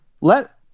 Let